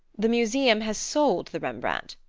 the museum has sold the rembrandt.